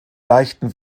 leichten